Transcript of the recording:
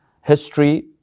history